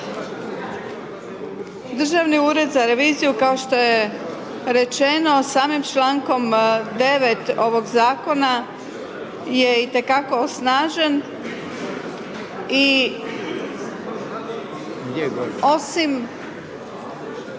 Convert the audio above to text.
Državni ured za reviziju kao što je rečeno, samim člankom 9. ovog zakona je itekako osnažen i osim